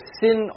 sin